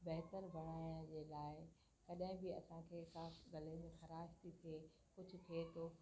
बहितरु बणाइण जे लाइ कॾहिं बि असांखे सांस गले में ख़राश थी थेव कुझु थिए थो